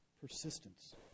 Persistence